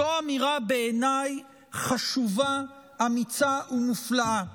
זו אמירה חשובה, אמיצה ומופלאה בעיניי.